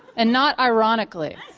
and not ironically